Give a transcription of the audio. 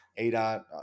adot